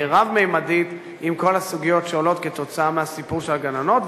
רב-ממדית עם כל הסוגיות שעולות כתוצאה מהסיפור של הגננות.